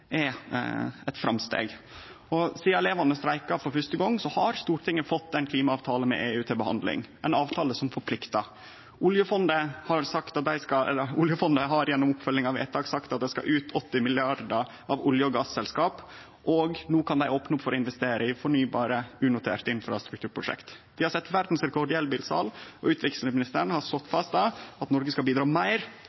er eit framsteg. Sidan elevane streika for første gong, har Stortinget fått ein klimaavtale med EU til behandling, ein avtale som forpliktar. Oljefondet har gjennom oppfølging av vedtak sagt at dei skal trekkje ut 80 mrd. kr frå olje- og gass-selskap. No kan dei opne opp for å investere i fornybare, unoterte infrastrukturprosjekt. Vi har sett verdsrekord i elbilsal, og utviklingsministeren har slått